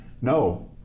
No